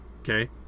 okay